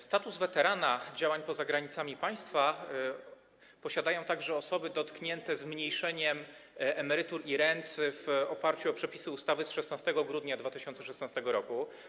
Status weterana działań poza granicami państwa posiadają także osoby objęte zmniejszeniem emerytur i rent w oparciu o przepisy ustawy z 16 grudnia 2016 r.